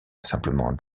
simplement